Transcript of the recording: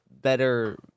better